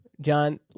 John